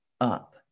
up